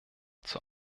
zur